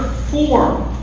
form